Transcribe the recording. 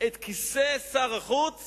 את כיסא שר החוץ